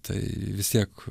tai vis tiek